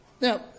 Now